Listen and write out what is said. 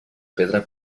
pedra